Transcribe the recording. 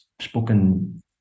spoken